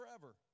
forever